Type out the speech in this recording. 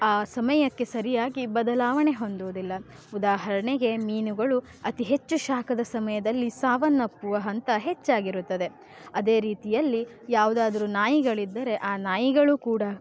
ಆ ಸಮಯಕ್ಕೆ ಸರಿಯಾಗಿ ಬದಲಾವಣೆ ಹೊಂದುವುದಿಲ್ಲ ಉದಾಹರಣೆಗೆ ಮೀನುಗಳು ಅತಿ ಹೆಚ್ಚು ಶಾಖದ ಸಮಯದಲ್ಲಿ ಸಾವನ್ನಪ್ಪುವ ಹಂತ ಹೆಚ್ಚಾಗಿರುತ್ತದೆ ಅದೇ ರೀತಿಯಲ್ಲಿ ಯಾವುದಾದರೂ ನಾಯಿಗಳಿದ್ದರೆ ಆ ನಾಯಿಗಳು ಕೂಡ